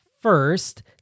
first